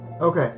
Okay